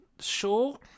sure